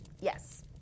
Yes